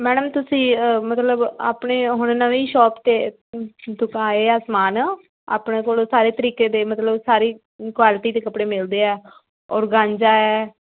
madam ਤੁਸੀਂ ਮਤਲਬ ਆਪਣੇ ਹੁਣ ਨਵੀਂ ਸ਼ੋਪ 'ਤੇ ਦੁਕਾਏ ਆ ਸਮਾਨ ਆਪਣੇ ਕੋਲੋਂ ਸਾਰੇ ਤਰੀਕੇ ਦੇ ਮਤਲਬ ਸਾਰੀ ਕੁਆਲਿਟੀ ਦੇ ਕੱਪੜੇ ਮਿਲਦੇ ਆ ਔਰਗਾਜਾ ਹੈ